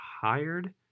hired